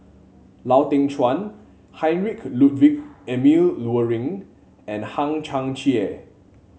Lau Teng Chuan Heinrich Ludwig Emil Luering and Hang Chang Chieh